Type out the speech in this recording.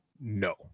No